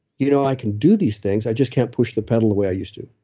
you know i can do these things, i just can't push the pedal the way i used to.